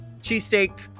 cheesesteak